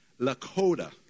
Lakota